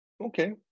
okay